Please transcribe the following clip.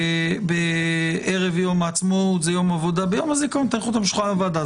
ערב יום העצמאות על שולחן הוועדה,